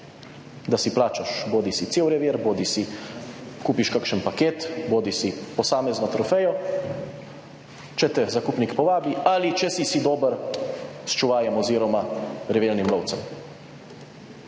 da si plačaš bodisi cel revir, bodisi kupiš kakšen paket, bodisi posamezno trofejo, če te zakupnik povabi, ali če si si dober s čuvajem oziroma revirnim lovcem.